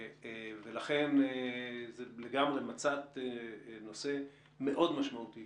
מצאת נושא משמעותי מאוד,